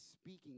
speaking